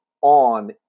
on